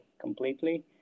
completely